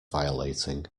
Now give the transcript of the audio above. violating